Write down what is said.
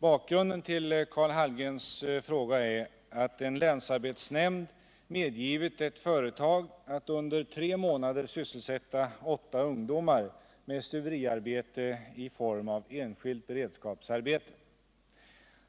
Bakgrunden till Karl Hallgrens fråga är att en länsarbetsnämnd medgivit ett företag att under tre månader sysselsätta åtta ungdomar med stuveriarbete i form av enskilt beredskapsarbete.